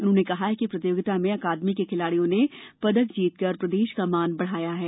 उन्होंने कहा कि प्रतियोगिता में अकादमी के खिलाड़ियों ने पदक जीतकर मध्यप्रदेश का मान बढ़ाया है